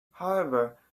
however